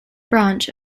branch